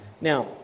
Now